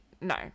no